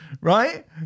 right